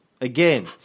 Again